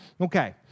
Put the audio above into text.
Okay